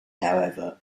however